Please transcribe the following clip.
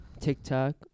TikTok